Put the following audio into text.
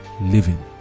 living